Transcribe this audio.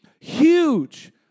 huge